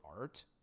art